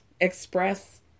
express